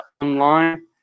online